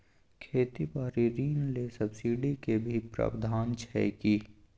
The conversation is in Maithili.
खेती बारी ऋण ले सब्सिडी के भी प्रावधान छै कि?